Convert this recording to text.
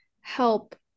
help